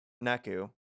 Naku